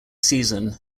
season